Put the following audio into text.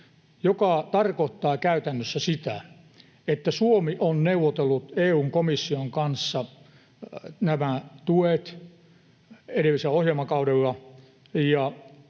joka tarkoittaa käytännössä, että Suomi on neuvotellut EU:n komission kanssa nämä tuet edellisellä ohjelmakaudella